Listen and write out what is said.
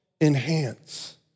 enhance